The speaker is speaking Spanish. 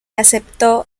aceptó